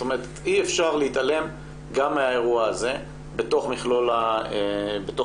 זאת אומרת אי אפשר להתעלם גם מהאירוע הזה בתוך מכלול האירועים.